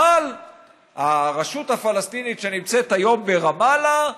אבל הרשות הפלסטינית שנמצאת היום ברמאללה,